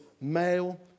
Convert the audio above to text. male